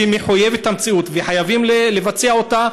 שהיא מחויבת המציאות וחייבים לבצע אותה,